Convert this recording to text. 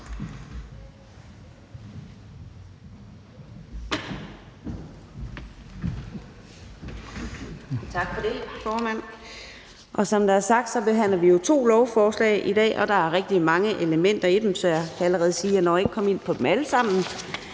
Tak for det, formand. Som det er sagt, behandler vi to lovforslag i dag, og der er rigtig mange elementer i dem, så jeg kan allerede nu sige, at jeg ikke når at komme ind på dem alle sammen.